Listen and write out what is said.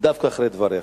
דווקא אחרי דבריך,